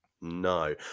No